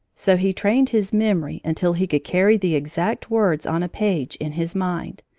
so he trained his memory until he could carry the exact words on a page in his mind,